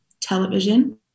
television